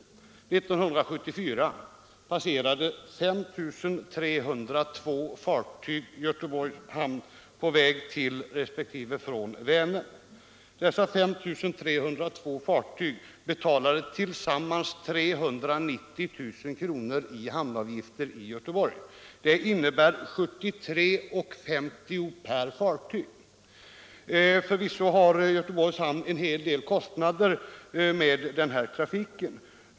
1974 passerade 5 302 fartyg Göteborgs hamn på väg till resp. från Vänern. Dessa 5 302 fartyg betalade tillsammans 390 000 kr. i hamnavgifter i Göteborg. Det innebär 73:50 kr. per fartyg. Förvisso har Göteborgs hamn en hel del kostnader i samband med den här trafiken.